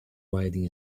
riding